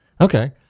Okay